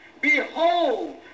Behold